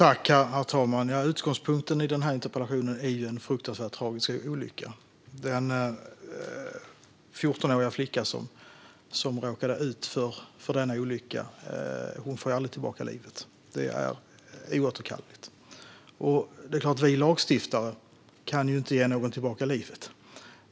Herr talman! Utgångspunkten för interpellationen är en fruktansvärd tragisk olycka. Den 14-åriga flicka som råkade ut för denna olycka får aldrig tillbaka livet. Det är oåterkalleligt. Vi lagstiftare kan inte ge någon livet tillbaka.